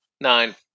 nine